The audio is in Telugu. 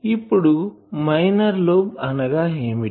ఇప్పుడు మైనర్ లోబ్ అనగా ఏమిటి